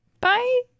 Bye